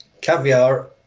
caviar